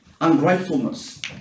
ungratefulness